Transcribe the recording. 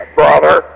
brother